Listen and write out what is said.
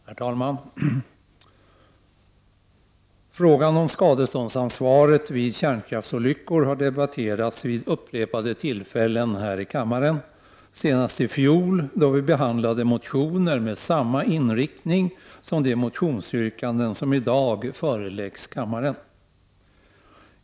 Herr talman! Frågan om skadeståndsansvaret vid kärnkraftsolyckor har debatterats vid upprepade tillfällen här i kammaren, senast i fjol då vi behandlade motioner med samma inriktning som de motionsyrkanden som i dag föreläggs kammaren.